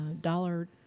dollar